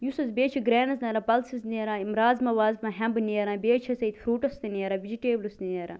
یُس حظ بیٚیہِ حظ چھِ گرٛینٕز نیران پلسِز نیران یِم رازمہ وازمہ ہیٚمبہٕ نیران بیٚیہِ حظ چھِ اسہِ ییٚتہِ فرٛوٗٹٕس تہِ نیران وِجٹیبلٕز تہِ نیران